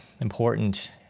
important